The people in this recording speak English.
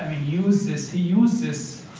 use this he used this